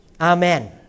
Amen